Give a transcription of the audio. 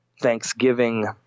Thanksgiving